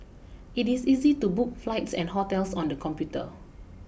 it is easy to book flights and hotels on the computer